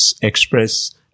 express